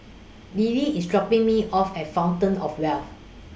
Lily IS dropping Me off At Fountain of Wealth